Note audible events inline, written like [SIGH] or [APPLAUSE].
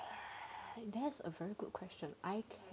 [BREATH] that's a very good question I